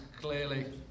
clearly